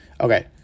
Okay